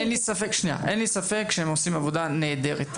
אין לי ספק שהם עושים עבודה נהדרת.